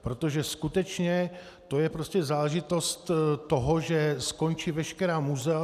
Protože skutečně to je prostě záležitost toho, že skončí veškerá muzea.